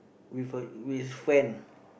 with a with friend